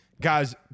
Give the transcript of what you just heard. Guys